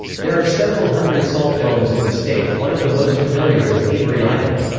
there are several hundred salt domes in the state one of the most familiar is avery island.